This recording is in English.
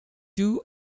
two